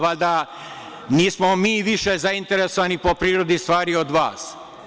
Valjda nismo mi više zainteresovani po prirodi stvari od vas.